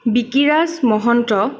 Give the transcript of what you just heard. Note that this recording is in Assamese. বিকিৰাজ মহন্ত